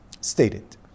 stated